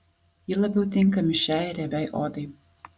ji labiau tinka mišriai ir riebiai odai